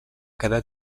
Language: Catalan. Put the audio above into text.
quedar